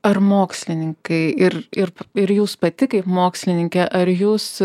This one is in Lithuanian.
ar mokslininkai ir ir ir jūs pati kaip mokslininkė ar jūs